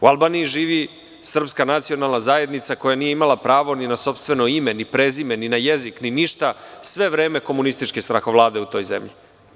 U Albaniji živi srpska nacionalna zajednica koja nije imala pravo ni na sopstveno ime, ni na prezime, ni na jezik, ni na ništa, sve vreme komunističke strahovlade u toj zemlji.